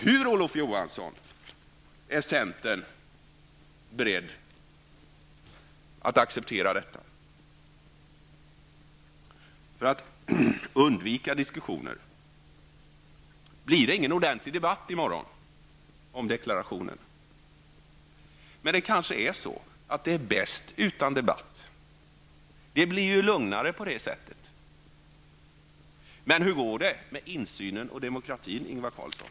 Hur kan man i centern vara beredd att acceptera detta, Olof Johansson? För att undvika diskussioner blir det ingen ordentlig debatt i kammaren i morgon om deklarationen. Men det kanske är bäst utan debatt. Det blir ju lugnare på det sättet. Men hur går det med insynen och demokratin, Ingvar Carlsson?